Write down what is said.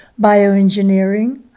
bioengineering